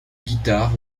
guitare